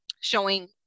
showing